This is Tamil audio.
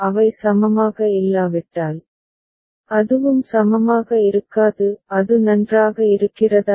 அவை சமமாக இல்லாவிட்டால் அதுவும் சமமாக இருக்காது அது நன்றாக இருக்கிறதா